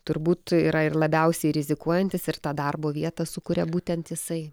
turbūt yra ir labiausiai rizikuojantis ir tą darbo vietą sukuria būtent jisai